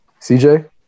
CJ